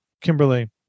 Kimberly